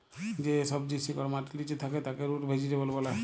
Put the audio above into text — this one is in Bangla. যে সবজির শিকড় মাটির লিচে থাক্যে তাকে রুট ভেজিটেবল ব্যলে